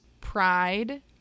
pride